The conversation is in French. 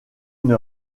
une